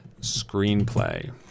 Screenplay